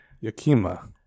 Yakima